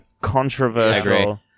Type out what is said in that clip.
Controversial